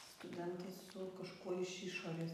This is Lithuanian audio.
studentai su kažkuo iš išorės